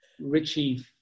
Richie